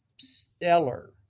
stellar